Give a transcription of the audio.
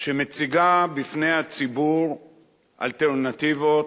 שמציגה בפני הציבור אלטרנטיבות,